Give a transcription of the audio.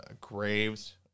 graves